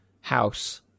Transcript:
house